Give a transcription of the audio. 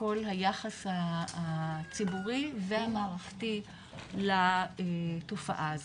כל היחס הציבורי והמערכתי לתופעה הזאת.